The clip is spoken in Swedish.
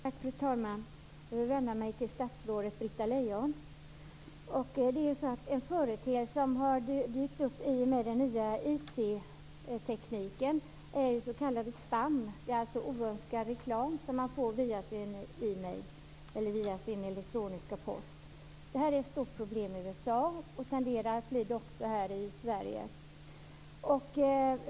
Fru talman! Jag vill vända mig till statsrådet Britta En företeelse som har dykt upp i och med den nya IT-tekniken är s.k. spam, dvs. oönskad reklam som man får via sin elektroniska post. Det är ett stort problem i USA och tenderar att bli det också här i Sverige.